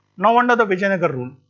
now under the vijayanagara rule.